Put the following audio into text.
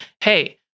Hey